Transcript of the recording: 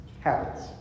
habits